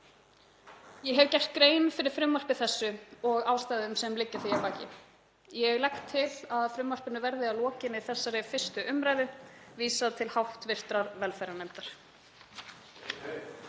Ég hef gert grein fyrir frumvarpi þessu og ástæðum sem liggja því að baki. Ég legg til að frumvarpinu verði að lokinni þessari 1. umræðu vísað til hv. velferðarnefndar.